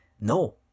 No